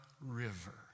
river